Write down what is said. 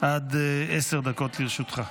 עד עשר דקות לרשותך.